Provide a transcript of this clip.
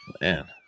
Man